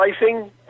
racing